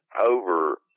over